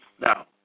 Now